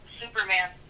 Superman